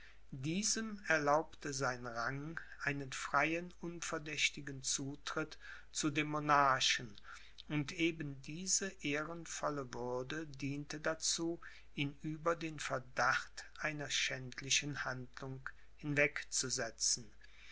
diesem erlaubte sein rang einen freien unverdächtigen zutritt zu dem monarchen und eben diese ehrenvolle würde diente dazu ihn über den verdacht einer schändlichen handlung hinweg